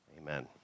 Amen